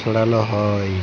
ছড়াল হ্যয়